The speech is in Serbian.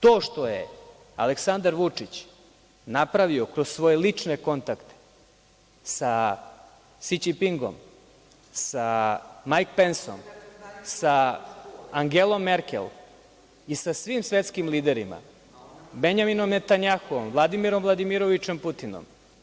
To što je Aleksandar Vučić napravio kroz svoje lične kontakte sa Si Đipingom, sa Majk Pensom, sa Angelom Merkel i sa svim svetskim liderima, Benjaminom Netanjahuom, Vladimirom Vladimirovičem Putinom.